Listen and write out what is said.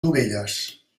dovelles